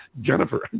Jennifer